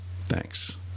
Thanks